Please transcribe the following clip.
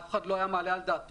אף אחד לא היה מעלה על דעתו